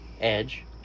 Edge